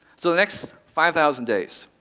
so the next five thousand days,